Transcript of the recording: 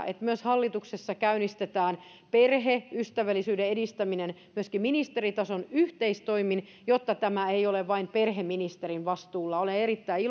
että myös hallituksessa käynnistetään perheystävällisyyden edistäminen myöskin ministeritason yhteistoimin jotta tämä ei ole vain perheministerin vastuulla olen erittäin